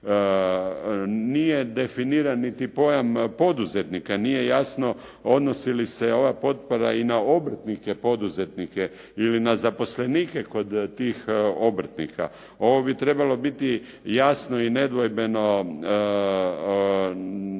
Nije definiran niti pojam poduzetnika. Nije jasno odnosi li se ova potpora i na obrtnike poduzetnike ili na zaposlenike kod tih obrtnika. Ovo bi trebalo biti jasno i nedvojbeno